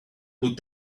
put